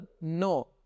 no